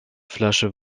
flasche